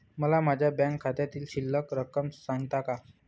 मला माझ्या बँक खात्यातील शिल्लक रक्कम सांगता का?